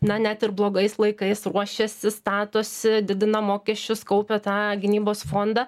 na net ir blogais laikais ruošiasi statosi didina mokesčius kaupia tą gynybos fondą